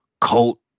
coat